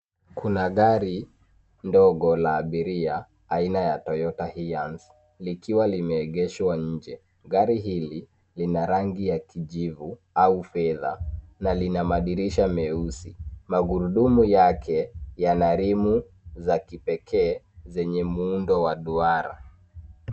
Kuna gari, ndogo, la abiria, aina ya Toyota HiAce likiwa limeegeshwa nje. Gari hili, lina rangi ya kijivu, au fedha, na lina madirisha meusi. Magurudumu yake, yana rimu za kipekee, zenye muundo wa duara.